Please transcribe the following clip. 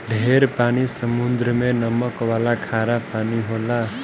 ढेर पानी समुद्र मे नमक वाला खारा पानी होला